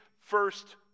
first